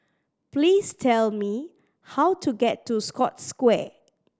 please tell me how to get to Scotts Square